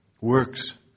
works